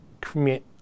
commit